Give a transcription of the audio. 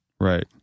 Right